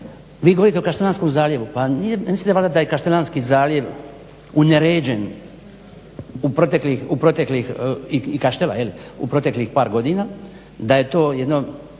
Vi govorite o Kaštelanskom zaljevu. Pa ne mislite valjda da je Kaštelanski zaljev uneređen u proteklih i Kaštela